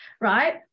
right